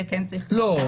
לא.